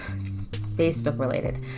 Facebook-related